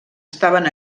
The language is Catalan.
estaven